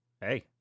Hey